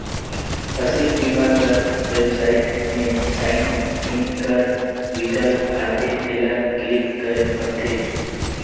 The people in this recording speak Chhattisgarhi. फसिल बीमा कर बेबसाइट में साइन इन कर बिकल्प आथे तेला क्लिक करेक परथे